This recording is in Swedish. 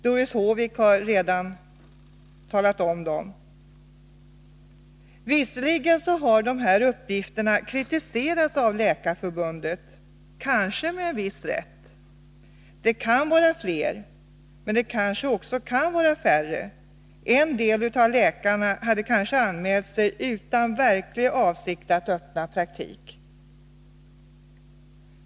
De har redan redovisats av Doris Håvik. Dessa uppgifter har, kanske med en viss rätt, kritiserats av Läkarförbundet. Det kan vara fler, men det kan också vara färre läkare som har dessa planer — en del av dem hade kanske anmält sig utan verklig avsikt att öppna praktik.